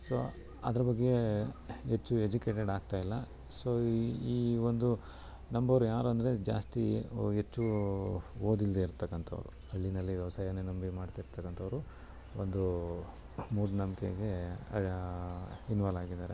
so ಅದ್ರ ಬಗ್ಗೆ ಹೆಚ್ಚು ಎಜುಕೇಟೆಡ್ ಆಗ್ತಾಯಿಲ್ಲ ಸೊ ಈ ಒಂದು ನಂಬೋರು ಯಾರು ಅಂದರೆ ಜಾಸ್ತಿ ಹೆಚ್ಚು ಓದಿಲ್ಲದೇ ಇರ್ತಕ್ಕಂಥವರು ಹಳ್ಳಿಯಲ್ಲಿ ವ್ಯವಸಾಯವೇ ನಂಬಿ ಮಾಡ್ತಾ ಇರ್ತಕ್ಕಂಥವರು ಒಂದು ಮೂಢನಂಬ್ಕೆಗೆ ಇನ್ವಾಲ್ವ್ ಆಗಿದ್ದಾರೆ